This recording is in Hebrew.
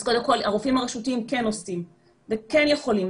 אז קודם כל הרופאים הרשותיים כן עושים וכן יכולים.